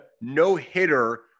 no-hitter